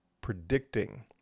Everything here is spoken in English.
predicting